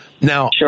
Now